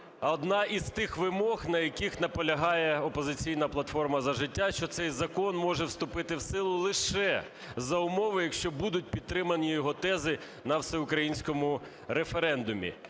одна із тих вимог, на яких наполягає "Опозиційна платформа – За життя", що цей закон може вступити в силу лише за умови, якщо будуть підтримані його тези на всеукраїнському референдумі.